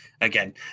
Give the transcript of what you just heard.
again